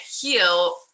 heal